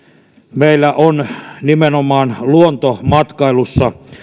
meillä on nimenomaan luontomatkailussa